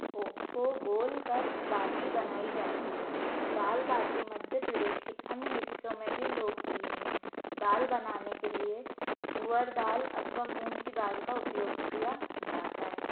ओ को गोल कर बाटी बनाई जाती है दाल बाटी मध्य प्रदेश के अन्य हिस्सों में बी लोकप्रिय है दाल बनाने के लिए तुअर दाल अथवा मूंग की दाल का उपयोग किया जाता है